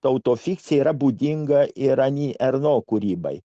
tauta fikcija yra būdinga ironija erno kūrybai